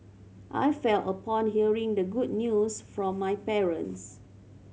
I felt upon hearing the good news from my parents